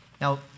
Now